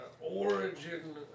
origin